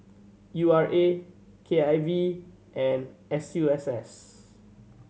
U R A K I V and S U S S